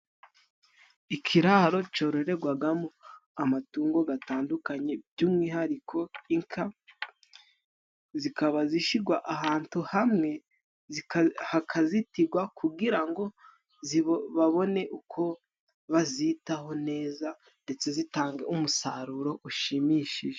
Ikiraro cyororerwamo amatungo atandukanye, by'umwihariko inka. Zikaba zishyirwa ahantu hamwe hakazitirwa, kugira ngo babone uko bazitaho neza, ndetse zitange umusaruro ushimishije.